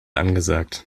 angesagt